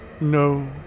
No